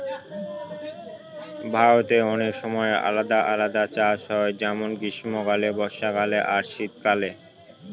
ভারতে অনেক সময় আলাদা আলাদা চাষ হয় যেমন গ্রীস্মকালে, বর্ষাকালে আর শীত কালে